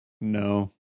No